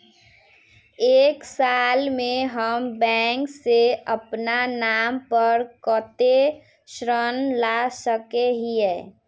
एक साल में हम बैंक से अपना नाम पर कते ऋण ला सके हिय?